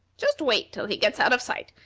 just wait till he gets out of sight,